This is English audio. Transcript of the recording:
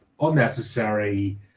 unnecessary